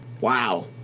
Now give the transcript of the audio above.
Wow